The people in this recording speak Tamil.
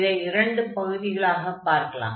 இதை இரண்டு பகுதிகளாக பார்க்கலாம்